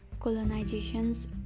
colonizations